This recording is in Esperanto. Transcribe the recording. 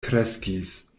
kreskis